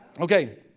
Okay